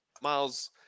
Miles